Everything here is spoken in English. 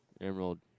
Emerald